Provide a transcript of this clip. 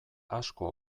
asko